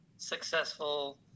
successful